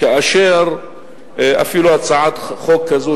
כאשר אפילו הצעת חוק כזאת,